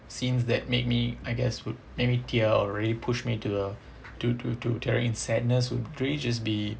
scenes that made me I guess would make me tear or really push me to a to to to tearing in sadness would really just be